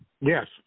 Yes